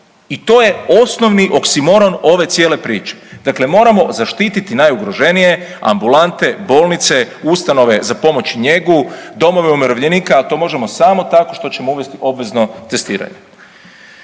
i to je osnovni oksimoron ove cijele priče. Dakle, moramo zaštiti najugroženije, ambulante, bolnice, ustanove za pomoć i njegu, domove umirovljenika, a to možemo samo tako što ćemo uvesti obvezno testiranje.